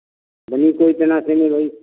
बनी कोई इतना होई